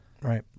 Right